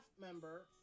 member